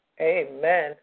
amen